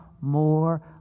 more